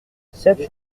cette